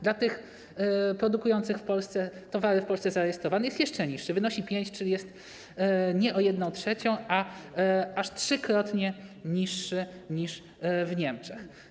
Dla tych produkujących towary w Polsce i zarejestrowanych jest jeszcze niższy, wynosi 5%, czyli jest nie o jedną trzecią, a aż trzykrotnie niższy niż w Niemczech.